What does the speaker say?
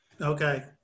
Okay